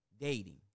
Dating